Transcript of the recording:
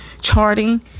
charting